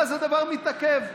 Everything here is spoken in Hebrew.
ואז הדבר מתעכב,